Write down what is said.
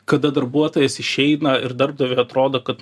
kada darbuotojas išeina ir darbdaviu atrodo kad